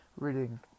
...reading